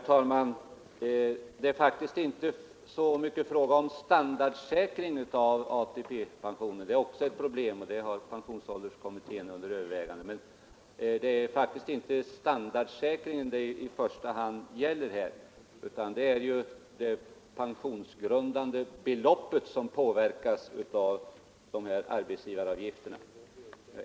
Herr talman! Standardsäkringen av ATP är också ett problem, och det har pensionsålderskommittén under övervägande. Men det är faktiskt inte standardsäkringen som det i första hand gäller nu, utan det är det pensionsgrundande beloppet, som påverkas av de här arbetsgivaravgifterna.